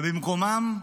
במקומם,